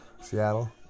Seattle